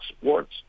sports